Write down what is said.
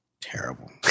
terrible